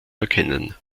erkennen